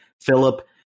Philip